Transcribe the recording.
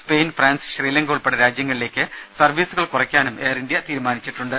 Spain France Sri Lanka ഉൾപ്പെടെ രാജ്യങ്ങളിലേക്ക് സർവ്വീസുകൾ കുറക്കാനും എയർ ഇന്ത്യ തീരുമാനിച്ചിട്ടുണ്ട്